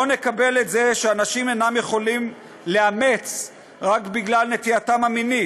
לא נקבל את זה שאנשים אינם יכולים לאמץ רק בגלל נטייתם המינית.